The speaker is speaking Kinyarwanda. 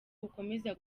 ukomeza